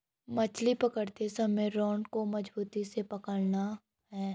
मछली पकड़ते समय रॉड को मजबूती से पकड़ना है